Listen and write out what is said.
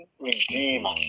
Redeemer